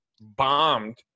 bombed